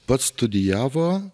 pats studijavo